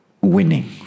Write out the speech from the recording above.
winning